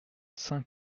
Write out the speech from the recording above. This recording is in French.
saint